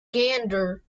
gander